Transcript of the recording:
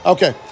Okay